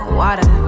water